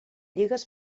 lligues